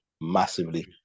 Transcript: massively